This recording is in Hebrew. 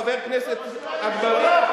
חבר הכנסת אגבאריה,